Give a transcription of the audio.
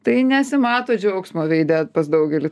tai nesimato džiaugsmo veide pas daugelį